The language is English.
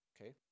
okay